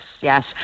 yes